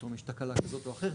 פתאום יש תקלה כזאת או אחרת.